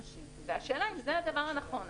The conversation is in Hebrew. והשאלה אם זה הדבר הנכון.